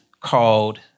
called